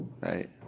Right